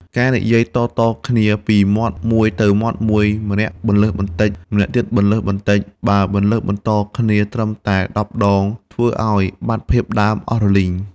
ការនិយាយតៗគ្នាពីមាត់មួយទៅមាត់មួយ ម្នាក់ពន្លើសបន្តិច ម្នាក់ទៀតពន្លើសបន្តិច។ បើពន្លើសបន្តគ្នាត្រឹមតែដប់ដង ធ្វើឱ្យបាត់ភាពដើមអស់រលីង។